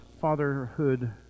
fatherhood